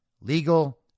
legal